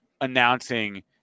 announcing